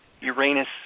Uranus